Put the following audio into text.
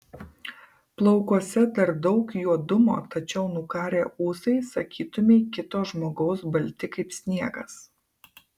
plaukuose dar daug juodumo tačiau nukarę ūsai sakytumei kito žmogaus balti kaip sniegas